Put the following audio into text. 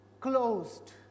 closed